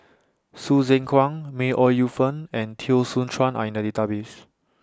Hsu Tse Kwang May Ooi Yu Fen and Teo Soon Chuan Are in The Database